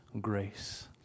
grace